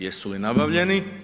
Jesu li nabavljeni?